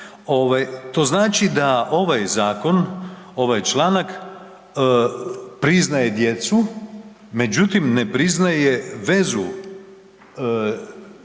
to znači da ovaj zakon, ovaj članak priznaje djecu, međutim ne priznaje vezu